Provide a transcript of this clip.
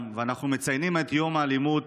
אנחנו מציינים את יום האלימות